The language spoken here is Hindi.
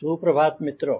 सुप्रभात मित्रों